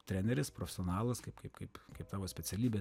treneris profesionalas kaip kaip kaip tavo specialybė